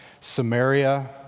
Samaria